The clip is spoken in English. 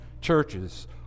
churches